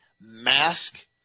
mask